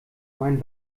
mein